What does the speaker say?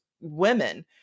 women